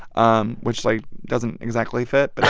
um which, like, doesn't exactly fit, but